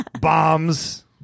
Bombs